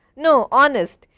no, honest,